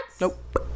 Nope